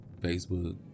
Facebook